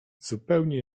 zupełnie